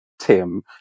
Tim